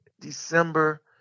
December